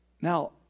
Now